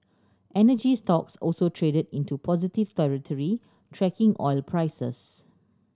energy stocks also traded into positive territory tracking oil prices